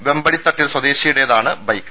വെമ്പടിത്തട്ടിൽ സ്വദേശിയുടെതാണ് ബൈക്ക്